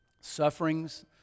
sufferings